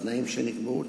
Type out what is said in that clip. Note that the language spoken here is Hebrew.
בתנאים שנקבעו,